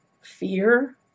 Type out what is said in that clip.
fear